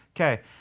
Okay